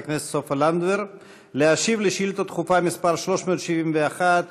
הכנסת סופה לנדבר להשיב על שאילתה דחופה מס' 371,